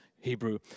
Hebrew